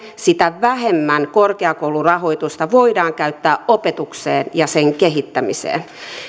sitä vähemmän korkeakoulurahoitusta voidaan käyttää opetukseen ja sen kehittämiseen